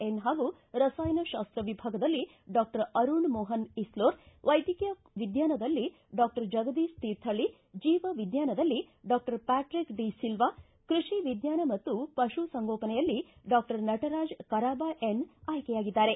N ಹಾಗೂ ರಸಾಯನಶಾಸ್ತ ವಿಭಾಗದಲ್ಲಿ ಡಾಕ್ಷರ್ ಅರುಣ್ ಮೋಪನ್ ಇಸ್ಲೊರ್ ವೈದ್ಯಕೀಯ ವಿಜ್ಞಾನದಲ್ಲಿ ಡಾಕ್ಟರ್ ಜಗದೀಶ ತೀರ್ಥಳ್ಳಿ ಜೀವ ವಿಜ್ಞಾನದಲ್ಲಿ ಡಾಕ್ಟರ್ ಪ್ಚಾಟ್ರಿಕ್ ಡಿ ಸಿಲ್ವಾ ಕೃಷಿ ವಿಜ್ಞಾನ ಮತ್ತು ಪಶುಸಂಗೋಪನೆಯಲ್ಲಿ ಡಾಕ್ಟರ್ ನಟರಾಜ ಕರಾಬಾ ಎನ್ ಆಯ್ಕೆಯಾಗಿದ್ದಾರೆ